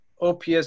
OPS